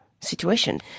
situation